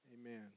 Amen